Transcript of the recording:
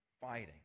fighting